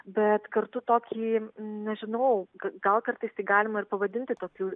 bet kartu tokį nežinau gal kartais tai galima ir pavadinti tokiu